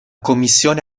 commissione